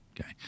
Okay